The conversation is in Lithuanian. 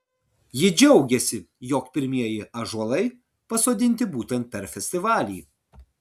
ji džiaugėsi jog pirmieji ąžuolai pasodinti būtent per festivalį